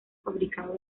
fabricado